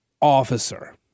officer